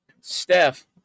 Steph